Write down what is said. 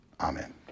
Amen